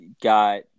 got –